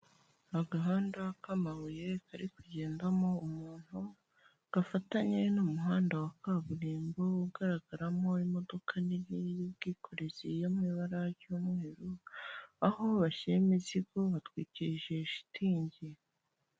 Agahanda k'amabuye kari kugendamo umuntu gafatanye n'umuhanda wa kaburimbo ugaragaramo imodoka nini y'ubwikorezi yo mu ibara ry'umweru, aho bashyira imizigo hatwikirije shitingi.